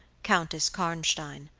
countess karnstein.